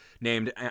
named